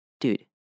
Dude